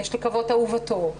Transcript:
יש לקוות אהובתו,